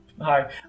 Hi